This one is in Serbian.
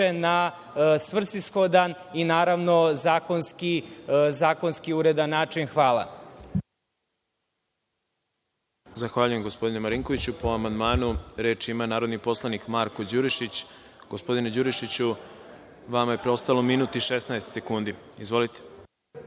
na svrsishodan, i naravno zakonski uredan način. Hvala.